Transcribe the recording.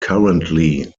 currently